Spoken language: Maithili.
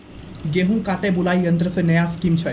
गेहूँ काटे बुलाई यंत्र से नया स्कीम छ?